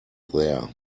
there